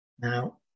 Now